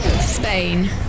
Spain